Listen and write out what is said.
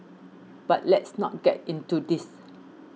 but let's not get into this